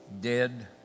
dead